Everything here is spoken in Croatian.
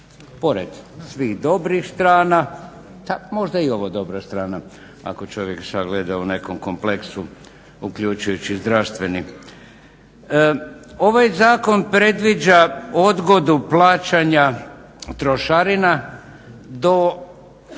pored svih dobrih strana, možda je i ovo dobra strana ako čovjek sagleda u nekom kompleksu uključujući zdravstveni. Ovaj zakon predviđa odgodu plaćanja trošarina do